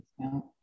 discount